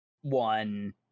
one